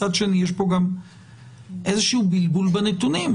מצד שני יש כאן גם איזשהו בלבול בנתונים.